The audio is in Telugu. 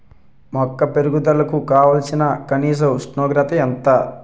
మొక్క పెరుగుదలకు కావాల్సిన కనీస ఉష్ణోగ్రత ఎంత?